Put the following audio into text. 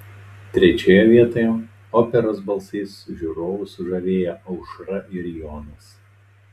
trečioje vietoje operos balsais žiūrovus sužavėję aušra ir jonas